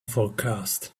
forecast